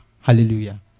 Hallelujah